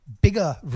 bigger